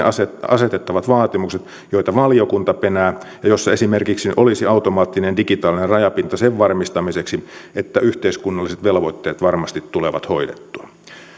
asetettavat asetettavat vaatimukset joita valiokunta penää ja jossa esimerkiksi olisi automaattinen digitaalinen rajapinta sen varmistamiseksi että yhteiskunnalliset velvoitteet varmasti tulevat hoidettua